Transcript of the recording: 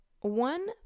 one